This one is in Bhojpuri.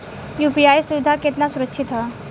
यू.पी.आई सुविधा केतना सुरक्षित ह?